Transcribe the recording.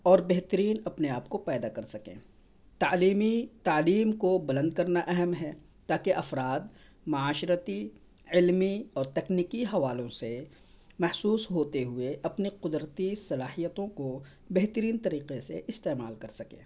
اور بہترین اپنے آپ کو پیدا کر سکے تعلیمی تعلیم کو بلند کرنا اہم ہے تاکہ افراد معاشرتی علمی اور تکنیکی حوالوں سے محسوس ہوتے ہوئے اپنے قدرتی صلاحیتوں کو بہترین طریقے سے استعمال کرسکے